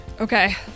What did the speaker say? Okay